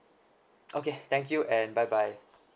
okay thank you and bye bye